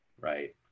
right